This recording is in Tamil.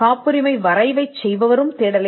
காப்புரிமையை வரைவு செய்பவர் அல்ல தேடல்